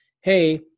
hey